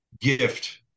gift